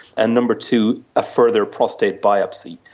and number two, a further prostate biopsy.